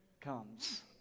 comes